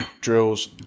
drills